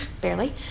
barely